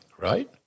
right